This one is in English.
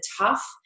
tough